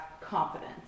confidence